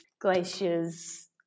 glaciers